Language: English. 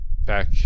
back